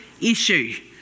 issue